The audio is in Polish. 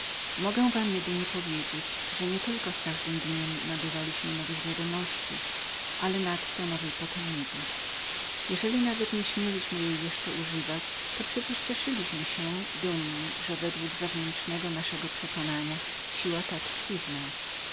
mogę wam tylko powiedzieć że nie tylko z każdym dniem nabywaliśmy nowych wiadomości ale nadto nowej potęgi której jeżeli nieśmieliśmy jeszcze używać przecież z dumą cieszyliśmy się że według wewnętrznego naszego przekonania siła ta w nas